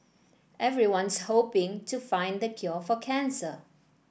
everyone's hoping to find the cure for cancer